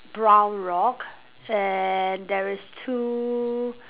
brown rock and there is two